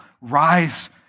rise